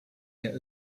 get